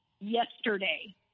yesterday